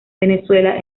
venezuela